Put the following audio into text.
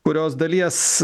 kurios dalies